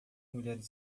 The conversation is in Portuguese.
mulheres